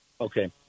Okay